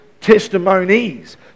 Testimonies